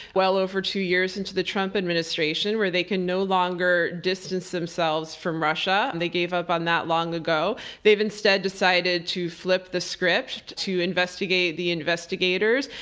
well over two years into the trump administration, where they can no longer distance themselves from russia, and they gave up on that long ago. they've instead decided to flip the script to investigate the investigators,